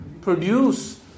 produce